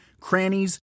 crannies